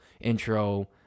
intro